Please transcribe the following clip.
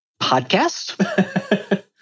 Podcast